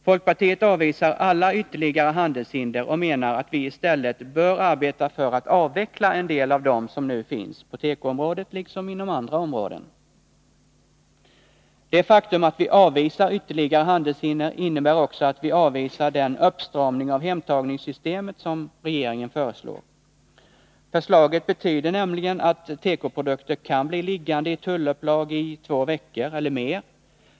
Folkpartiet avvisar alla ytterligare handelshinder och menar att vi i stället bör arbeta för att avveckla en del av dem som nu finns, på tekoområdet liksom inom andra områden. Det faktum att vi avvisar ytterligare handelshinder innebär också att vi avvisar den uppstramning av hemtagningssystemet som regeringen föreslår. Förslaget betyder nämligen att tekoprodukter kan bli liggande i tullupplag i två veckor eller mer.